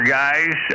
guys